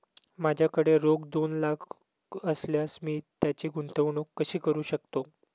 माझ्याकडे रोख दोन लाख असल्यास मी त्याची गुंतवणूक कशी करू शकतो?